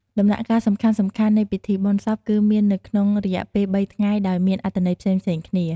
ដំណាក់កាលសំខាន់ៗនៃពិធីបុណ្យសពគឺមាននៅក្នុងរយៈពេលបីថ្ងៃដោយមានអត្ដន័យផ្សេងៗគ្នា។